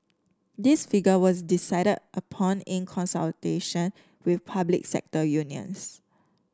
this figure was decided upon in consultation with public sector unions